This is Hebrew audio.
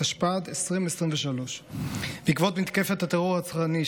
התשפ"ד 2023. בעקבות מתקפת הטרור הרצחני,